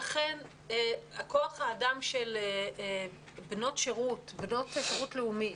אכן כוח-האדם של בנות שירות לאומי